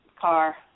car